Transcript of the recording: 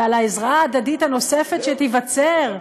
ועל העזרה ההדדית הנוספת שתיווצר?